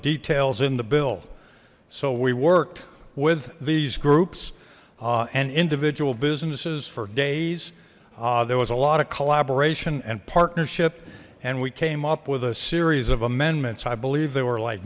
details in the bill so we worked with these groups and individual businesses for days there was a lot of collaboration and partnership and we came up with a series of amendments i believe they were like